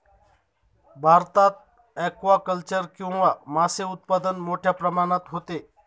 भारतात ॲक्वाकल्चर किंवा मासे उत्पादन मोठ्या प्रमाणात होते